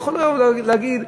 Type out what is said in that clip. יכול להגיד: